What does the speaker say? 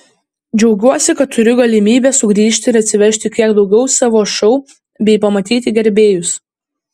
džiaugiuosi kad turiu galimybę sugrįžti ir atsivežti kiek daugiau savo šou bei pamatyti gerbėjus